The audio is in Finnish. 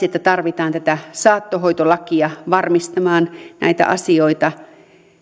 että tarvitaan paitsi tätä saattohoitolakia varmistamaan näitä asioita